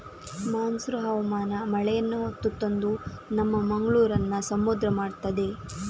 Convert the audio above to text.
monsoon ಹವಾಮಾನ ಮಳೆಯನ್ನ ಹೊತ್ತು ತಂದು ನಮ್ಮ ಮಂಗಳೂರನ್ನ ಸಮುದ್ರ ಮಾಡ್ತದೆ